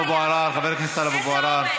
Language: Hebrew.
חבר הכנסת טלב אבו עראר,